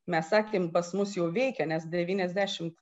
mes sakėm pas mus jau veikia nes devyniasdešimt